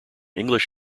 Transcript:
english